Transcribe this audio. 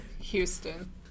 Houston